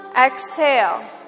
exhale